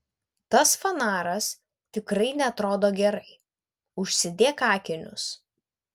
tas fanaras tikrai neatrodo gerai užsidėk akinius